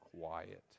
quiet